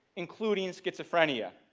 including schizophrenia.